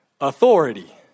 authority